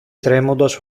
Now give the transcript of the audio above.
τρέμοντας